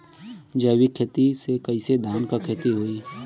जैविक खेती से कईसे धान क खेती होई?